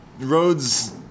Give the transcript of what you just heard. roads